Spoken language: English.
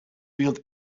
build